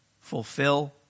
Fulfill